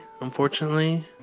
unfortunately